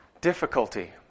difficulty